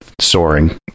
Soaring